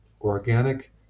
organic